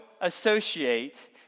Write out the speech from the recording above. associate